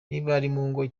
ngo